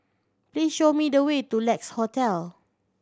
please show me the way to Lex Hotel